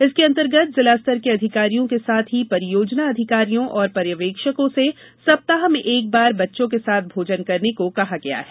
इसके अंतर्गत जिला स्तर के अधिकारियों के साथ ही परियोजना अधिकारियों और पर्यवेक्षकों से सप्ताह में एक बार बच्चों के साथ भोजन करने को कहा गया है